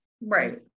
right